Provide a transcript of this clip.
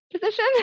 position